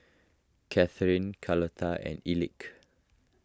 Kathryn Carlota and Elick